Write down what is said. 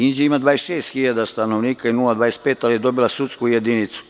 Inđija ima 26.000 stanovnika i 0,25, ali je dobila sudsku jedinicu.